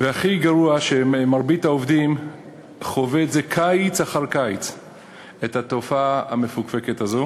הכי גרוע הוא שמרבית העובדים חווים את התופעה המפוקפקת הזאת